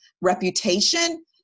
reputation